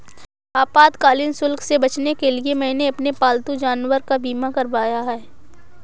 आपातकालीन शुल्क से बचने के लिए मैंने अपने पालतू जानवर का बीमा करवाया है